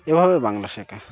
এভাবে বাংলা শেখা